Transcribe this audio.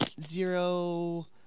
zero